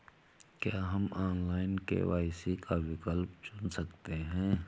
क्या हम online KYC का विकल्प चुन सकते हैं?